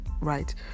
right